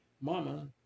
mama